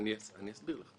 אסביר לך.